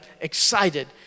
excited